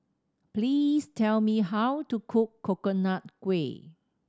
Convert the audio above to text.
please tell me how to cook Coconut Kuih